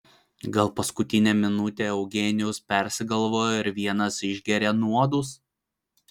gal paskutinę minutę eugenijus persigalvojo ir vienas išgėrė nuodus